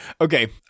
okay